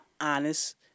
honest